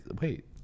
wait